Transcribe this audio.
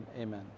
amen